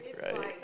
right